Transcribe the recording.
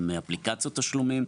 עם אפליקציות תשלומים,